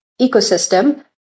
ecosystem